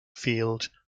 field